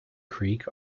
creek